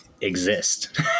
exist